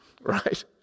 right